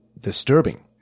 disturbing